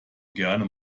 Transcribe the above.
gerne